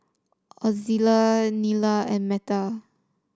Ozella Nila and Meta